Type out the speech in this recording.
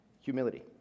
humility